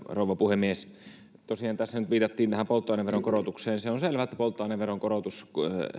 rouva puhemies tosiaan tässä nyt viitattiin tähän polttoaineveron korotukseen se on selvä että polttoaineveron korotus